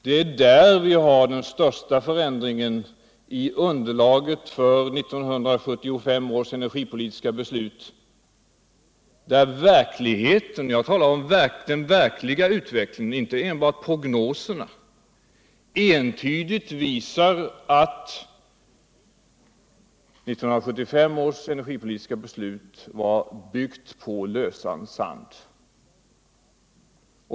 Det är där vi har den största förändringen i underlaget för 1975 års energipolitiska beslut, där verkligheten —- jag talar om den verkliga utvecklingen och inte om prognoserna — entydigt visar att 1975 års energipolitiska beslut var byggt på lösan sand.